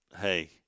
hey